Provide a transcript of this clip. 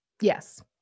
Yes